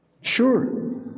Sure